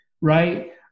right